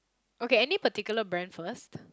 okay any particular brand for us